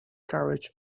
carriage